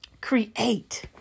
create